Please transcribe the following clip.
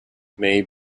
may